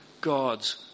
God's